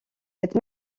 cette